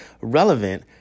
relevant